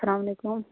اَسلامُ علیکُم